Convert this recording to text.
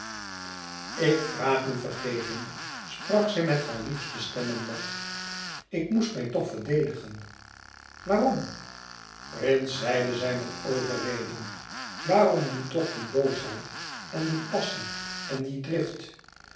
ik vraag u vergeving sprak zij met haar liefste stem en lach ik moest mij toch verdedigen waarom prins zeide zij met overreding waarom nu toch die boosheid en die passie en die drift